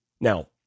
Now